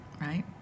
right